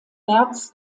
märz